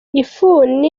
ifuni